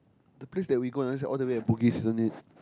the place that we go another is all the way at Bugis isn't it